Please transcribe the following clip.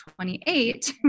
28